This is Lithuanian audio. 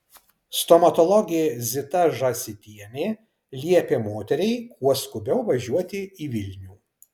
stomatologė zita žąsytienė liepė moteriai kuo skubiau važiuoti į vilnių